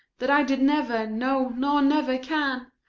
that i did never, no, nor never can,